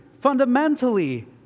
fundamentally